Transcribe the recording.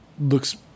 looks